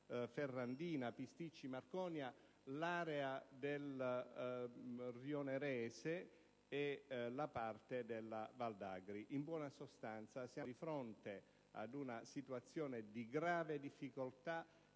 Ferrandina, Pisticci, Marconia, l'area del Rionerese e la parte della Val d'Agri. In buona sostanza, siamo di fronte a una situazione di grave difficoltà